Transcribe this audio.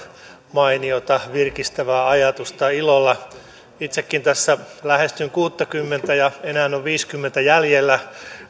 mainiota virkistävää ajatusta ilolla itsekin tässä lähestyn kuuttakymmentä ja enää on viidelläkymmenellä jäljellä